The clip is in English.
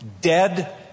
dead